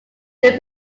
they